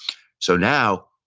so, now,